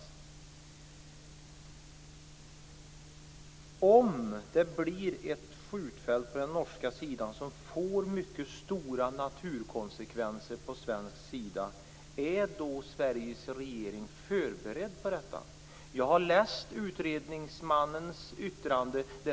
Är Sveriges regering förberedd om det blir ett skjutfält på den norska sidan som får mycket stora naturkonsekvenser på svensk sida? Jag har läst utredningsmannens yttrande.